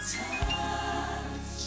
touch